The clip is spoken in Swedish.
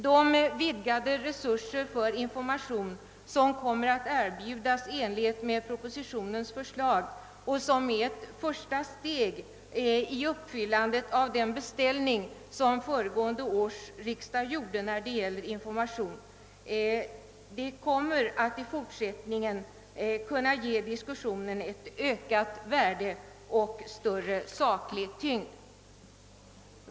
De vidgade resurser för information, som kommer att erbjudas enligt propositionens förslag och som är ett första steg i uppfyllandet av den beställning som föregående års riksdag gjorde när det gäller information, kommer att i fortsättningen kunna ge diskussionen ett ökat värde och större saklig tyngd.